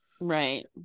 right